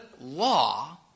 law